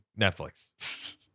Netflix